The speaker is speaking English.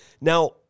now